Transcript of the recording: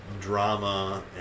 drama